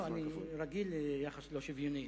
לא, אני רגיל ליחס לא שוויוני.